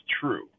true